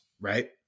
right